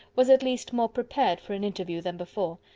was at least more prepared for an interview than before,